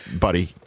buddy